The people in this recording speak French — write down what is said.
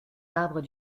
arbres